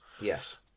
Yes